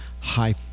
high